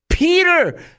Peter